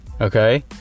Okay